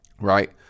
right